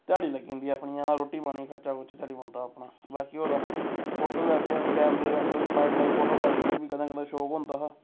ध्याड़ी लग्गी जंदी अपनी हां रुट्टी पानी खर्चा खूर्चा चली पौंदा अपना बाकी होर फोटोग्राफी कमरे दे आक्खै ने वाइल्ड लाइफ फोटोग्राफी दा बी कदें कदें शौक होंदा हा